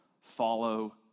follow